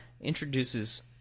introduces